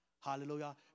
Hallelujah